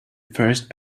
first